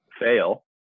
fail